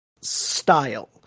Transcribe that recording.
style